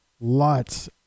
lots